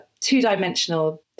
two-dimensional